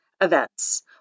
events